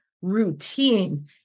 Routine